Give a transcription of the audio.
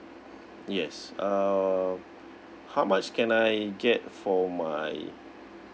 yes uh how much can I get for my